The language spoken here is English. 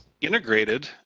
integrated